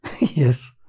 Yes